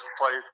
play